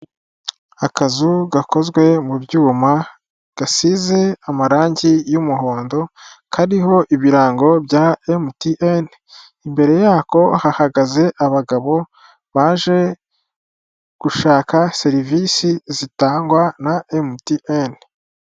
Akazu gakozwe mu byuma gasize amarangi y'umuhondo kariho ibirango bya MTN, imbere yako hahagaze abagabo baje gushaka serivisi zitangwa na MTN.